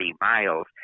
miles